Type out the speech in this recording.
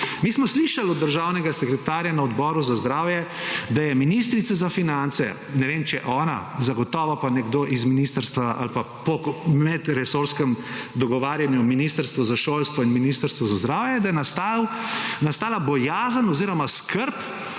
Mi smo slišali od državnega sekretarja na Odboru za zdravje, da je ministrica za finance, ne vem, če ona, zagotovo pa nekdo iz ministrstva ali pa medresorskim dogovarjanju o Ministrstvu za šolstvu in Ministrstvu za zdravje, da je nastala bojazen oziroma skrb,